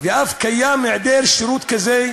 ואף קיים היעדר שירות כזה,